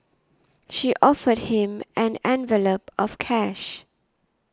she offered him an envelope of cash